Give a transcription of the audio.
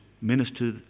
minister